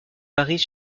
paris